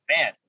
man